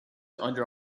under